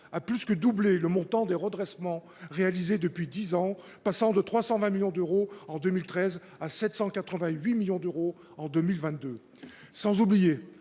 a plus que doublé le montant des redressements réalisés depuis dix ans, lequel est passé de 320 millions d'euros en 2013 à 788 millions d'euros en 2022. Quant aux